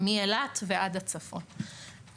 מאילת ועד הצפון.